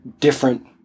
different